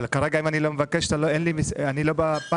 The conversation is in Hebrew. אבל כרגע אם אני לא מבקש, אין לי, אני לא בפיילוט.